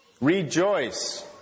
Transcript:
Rejoice